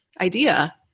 idea